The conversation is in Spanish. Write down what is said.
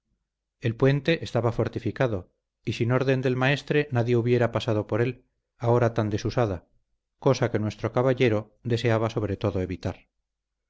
el puente estaba fortificado y sin orden del maestre nadie hubiera pasado por él a hora tan desusada cosa que nuestro caballero deseaba sobre todo evitar